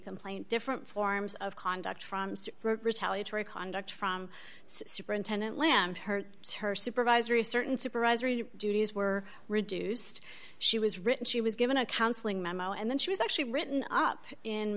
complaint different forms of conduct from retaliatory conduct from superintendent land her to her supervisor to certain supervisor duties were reduced she was written she was given a counseling memo and then she was actually written up in